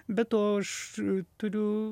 be to aš turiu